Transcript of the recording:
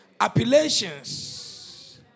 appellations